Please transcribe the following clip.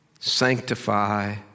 sanctify